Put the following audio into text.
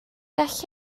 gall